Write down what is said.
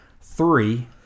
Three